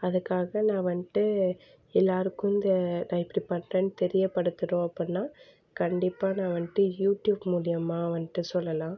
அதுக்காக நான் வந்துட்டு எல்லாருக்கும் இந்த நான் இப்படி பண்ணுறேன் தெரியப்படுத்தணும் அப்புடின்னா கண்டிப்பாக நான் வந்துட்டு யூட்யூப் மூலயமாக வந்துட்டு சொல்லலாம்